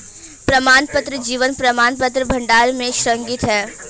प्रमाणपत्र जीवन प्रमाणपत्र भंडार में संग्रहीत हैं